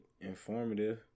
informative